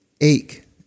ache